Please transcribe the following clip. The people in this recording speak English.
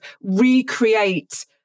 recreate